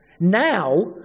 Now